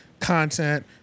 content